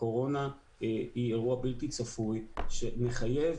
הקורונה היא אירוע בלתי צפוי שמחייב